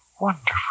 wonderful